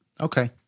Okay